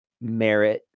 merit